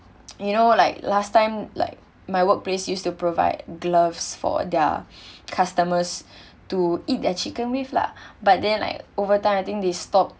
you know like last time like my workplace used to provide gloves for their customers to eat their chicken with lah but then like over time I think they stopped